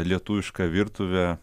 lietuvišką virtuvę